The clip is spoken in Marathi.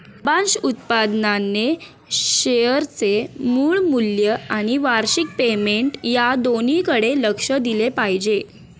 लाभांश उत्पन्नाने शेअरचे मूळ मूल्य आणि वार्षिक पेमेंट या दोन्हीकडे लक्ष दिले पाहिजे